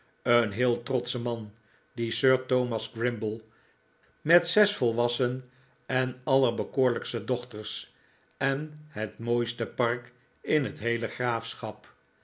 een heel trotsche man die sir thomas grimble met zes volwassen en allerbekoorlijkste dochters en het mooiste park in het heele graafschap